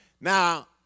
Now